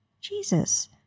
Jesus